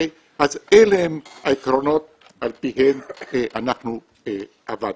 אז אלה הם העקרונות על פיהם אנחנו עבדנו.